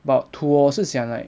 but to 我是想 like